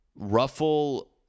ruffle